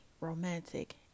romantic